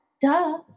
duh